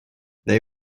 they